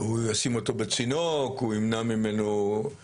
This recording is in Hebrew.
הוא ישים אותו בצינוק, הוא ימנע ממנו כך וכך,